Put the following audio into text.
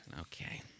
Okay